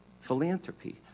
Philanthropy